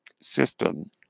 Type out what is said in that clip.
system